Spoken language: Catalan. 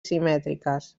simètriques